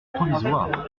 provisoire